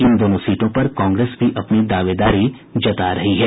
इन दोनों सीटों पर कांग्रेस भी अपनी दावेदारी जता रही है